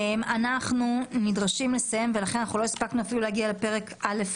אנחנו נדרשים לסיים ולא הספקנו אפילו להגיע לפרק א',